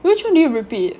which one did you repeat